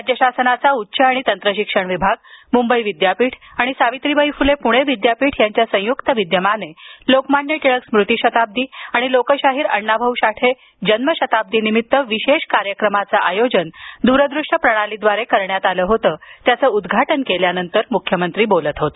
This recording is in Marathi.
राज्य शासनाचा उच्च आणि तंत्र शिक्षण विभाग मुंबई विद्यापीठ आणि सावित्रीबाई फुले पुणे विद्यापीठ यांच्या संयुक्त विद्यमाने आज लोकमान्य गंगाधर टिळक स्मृती शताब्दी आणि लोकशाहीर अण्णा भाऊ साठे जन्मशताब्दीनिमित्त विशेष कार्यक्रमाचं आयोजन द्रदृश्य प्रणालीद्वारे करण्यात आलं होतं त्याचं उद्घाटन केल्यानंतर मुख्यमंत्री बोलत होते